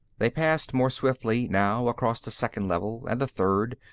they passed more swiftly, now, across the second level and the third.